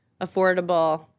affordable